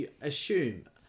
assume